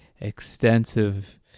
extensive